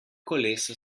kolesa